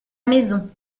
maison